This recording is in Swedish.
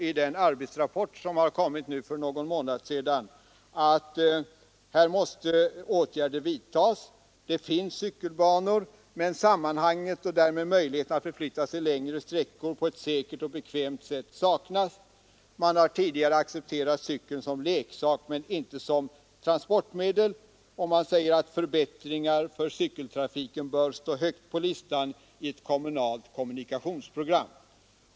I den arbetsrapport som gruppen lade fram för någon månad sedan säger man också att här måste åtgärder vidtas. Det finns visserligen cykelsystem, men sammanhanget och därmed möjligheten att förflytta sig längre sträckor på ett säkert och bekvämt sätt saknas. Man har tidigare accepterat cykeln som leksak men inte som transportmedel. Man säger också att förbättringar för cykeltrafiken bör stå högt på listan i ett kommunalt kommunikationsprogram.